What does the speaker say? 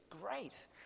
great